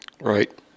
Right